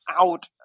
out